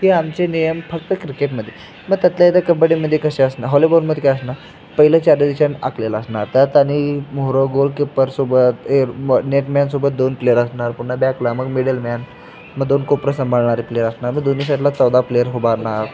ते आमचे नियम फक्त क्रिकेटमध्ये मग त्यातल्यात्यात कबड्डीमध्ये कसे असणार हॉलीबॉलमध्ये काय असणार पहिल्या चारही दिशांना आखलेलं असणार त्यात आणि म्होरं गोलकीपरसोबत ए नेटमॅनसोबत दोन प्लेयर असणार पूर्ण बॅकला मग मिडलमॅन मग दोन कोपरा संभाळणारे प्लेअर असणार मग दोन्ही साईडला चौदा प्लेयर उभारणार